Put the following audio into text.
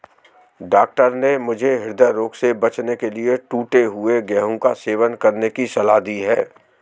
doctor ने मुझे हृदय रोग से बचने के लिए टूटे हुए गेहूं का सेवन करने की सलाह दी है